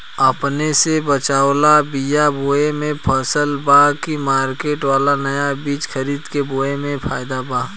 अपने से बचवाल बीया बोये मे फायदा बा की मार्केट वाला नया बीया खरीद के बोये मे फायदा बा?